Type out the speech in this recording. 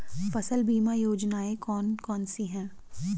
फसल बीमा योजनाएँ कौन कौनसी हैं?